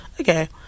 Okay